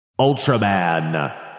Ultraman